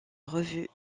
revue